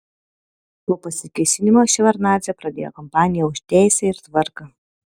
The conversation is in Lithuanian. po pasikėsinimo ševardnadzė pradėjo kampaniją už teisę ir tvarką